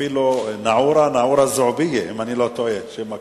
שאפילו נעורה, נעורה-זועביה שם הכפר,